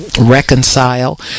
reconcile